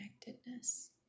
connectedness